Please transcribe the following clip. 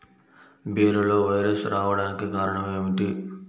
బీరలో వైరస్ రావడానికి కారణం ఏమిటి?